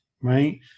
Right